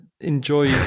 Enjoy